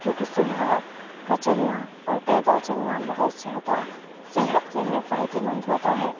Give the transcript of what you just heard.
کیونکہ صبح کا چلنا اور پیدل چلنا بہت زیادہ صحت کے لیے فائدے مند ہوتا ہے